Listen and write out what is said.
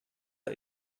der